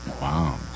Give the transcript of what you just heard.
Wow